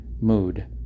Mood